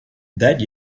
that